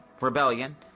Rebellion